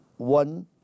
one